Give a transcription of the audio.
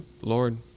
Lord